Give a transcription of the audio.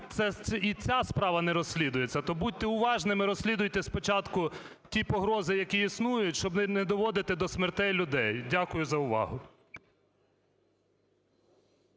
І ця справа не розслідується. То будьте уважними, розслідуйте спочатку ті погрози, які існують, щоб не доводити до смертей людей. Дякую за увагу.